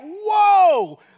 whoa